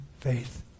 faith